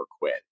quit